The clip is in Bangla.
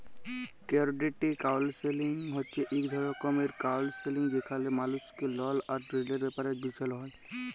কেরডিট কাউলসেলিং হছে ইক রকমের কাউলসেলিংযেখালে মালুসকে লল আর ঋলের ব্যাপারে বুঝাল হ্যয়